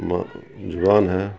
زبان ہے